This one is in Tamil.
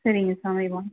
சரிங்க சாமி வாங்க